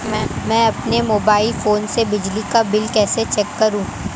मैं अपने mobile phone से बिजली का बिल कैसे चेक करूं?